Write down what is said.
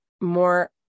more